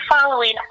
following